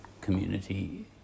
community